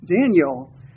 Daniel